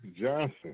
Johnson